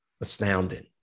astounding